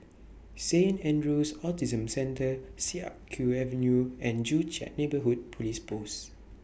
Saint Andrew's Autism Centre Siak Kew Avenue and Joo Chiat Neighbourhood Police Post